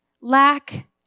lack